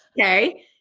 Okay